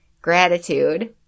Gratitude